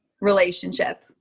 relationship